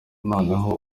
noneho